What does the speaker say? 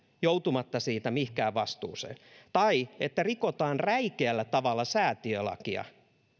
joutumatta siitä mihinkään vastuuseen tai että rikotaan räikeällä tavalla säätiölakia